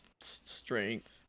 strength